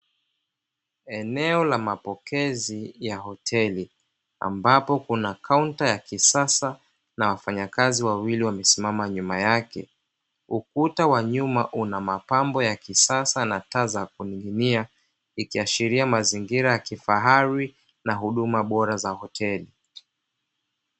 Eneo la mapokezi ya hoteli ambapo kuna kaunta ya kisasa, na wafanyakazi wawili wamesimama nyuma yake. Ukuta wa nyuma una mapambo ya kisasa na taa za kuning'inia, likiashiria mazingira ya kifahari na huduma bora za hoteli.